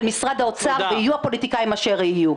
משרד האוצר ויהיו הפוליטיקאים אשר יהיו.